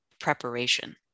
preparation